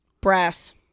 Brass